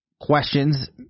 questions